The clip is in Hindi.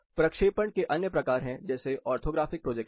प्रक्षेपण के अन्य प्रकार हैं जैसे ऑर्थोग्राफिक प्रोजेक्शन